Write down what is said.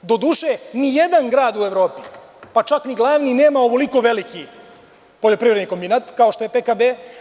Do duše ni jedan grad u Evropi, pa čak ni glavni, nema ovoliko veliki poljoprivredni kombinat kao što je PKB.